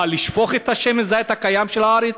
מה, לשפוך את שמן הזית הקיים של הארץ?